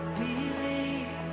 believe